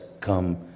come